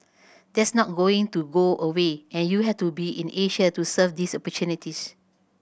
that's not going to go away and you have to be in Asia to serve these opportunities